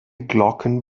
glocken